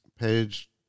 page